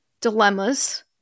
dilemmas